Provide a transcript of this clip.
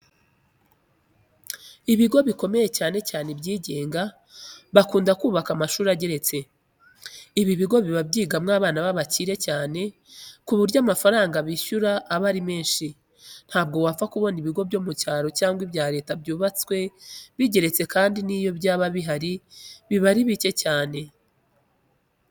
Ibigo bikomeye, cyane cyane ibyigenga bakunda kubaka amashuri ageretse. Ibi bigo biba byigamo abana b'abakire cyane ku buryo amafaranga bishyura aba ari menshi. Ntabwo wapfa kubona ibigo byo mu cyaro cyangwa ibya leta byubatse bigeretse kandi n'iyo byaba bihari biba ari bike cyane.